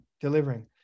delivering